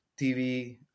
TV